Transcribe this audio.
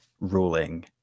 ruling